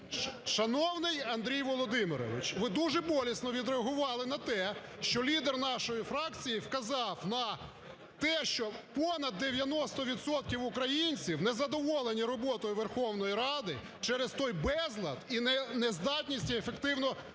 Шановний Андрій Володимирович, ви дуже болісно відреагували на те, що лідер нашої фракції вказав на те, що понад 90 відсотків українців не задоволені роботою Верховної Ради через той безлад і нездатність ефективно